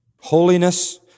Holiness